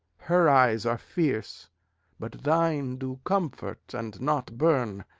her eyes are fierce but thine do comfort, and not burn.